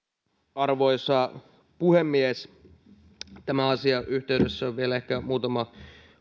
arvoisa puhemies tämän asian yhteydessä on vielä ehkä sanottava muutama